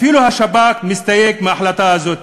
אפילו השב"כ מסתייג מההחלטה הזאת.